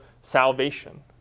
salvation